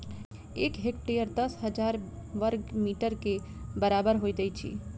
एक हेक्टेयर दस हजार बर्ग मीटर के बराबर होइत अछि